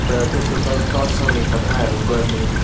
तर त्यस्तो त तर्साउने कथाहरू गर्ने